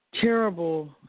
terrible